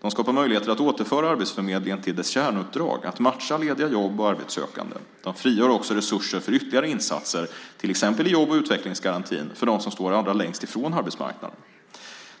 De skapar möjligheter att återföra arbetsförmedlingen till dess kärnuppdrag, att matcha lediga jobb och arbetssökande. De frigör också resurser för ytterligare insatser, till exempel i jobb och utvecklingsgarantin, för dem som står allra längst från arbetsmarknaden.